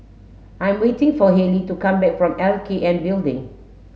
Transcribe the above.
I am waiting for Hailee to come back from L K N Building